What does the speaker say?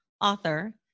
author